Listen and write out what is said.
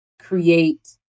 create